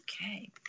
Okay